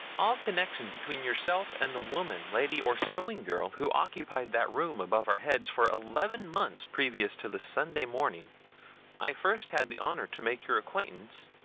all connection between yourself and the woman, lady or sewing-girl, who occupied that room above our heads for eleven months previous to the sunday morning i first had the honor to make your acquaintance.